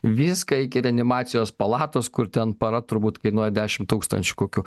viską iki reanimacijos palatos kur ten para turbūt kainuoja dešimt tūkstančių kokių